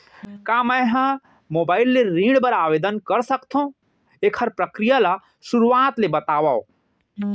का मैं ह मोबाइल ले ऋण बर आवेदन कर सकथो, एखर प्रक्रिया ला शुरुआत ले बतावव?